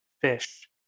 Fish